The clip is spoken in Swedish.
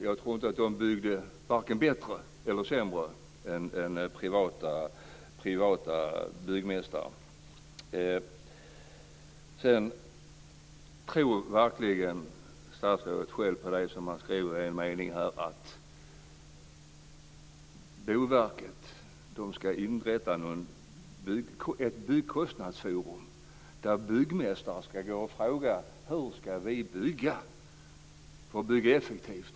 Jag tror inte att BPA byggde varken bättre eller sämre än privata byggmästare. Statsrådet skriver att Boverket ska inrätta ett byggkostnadsforum, dit byggmästare ska gå och fråga hur de ska bygga för att det ska vara effektivt.